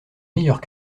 meilleurs